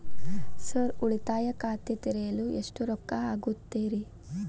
Sir ಉಳಿತಾಯ ಖಾತೆ ತೆರೆಯಲು ಎಷ್ಟು ರೊಕ್ಕಾ ಆಗುತ್ತೇರಿ?